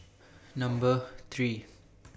Number three